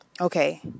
okay